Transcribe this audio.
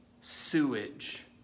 sewage